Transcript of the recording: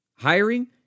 Hiring